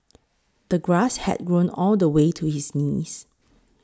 the grass had grown all the way to his knees